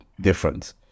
Difference